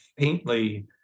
faintly